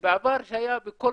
בעבר היה,